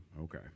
okay